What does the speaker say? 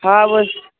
ہاو حظ